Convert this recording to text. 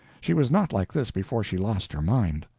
she was not like this before she lost her mind.